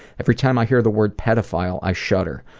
every time i hear the word pedophile, i shudder,